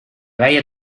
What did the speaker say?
vaya